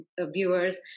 Viewers